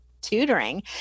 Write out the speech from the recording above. tutoring